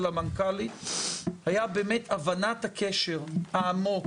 המנכ"לית הייתה באמת הבנת הקשר העמוק